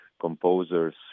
composers